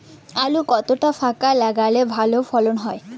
আলু কতটা ফাঁকা লাগে ভালো ফলন হয়?